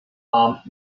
armed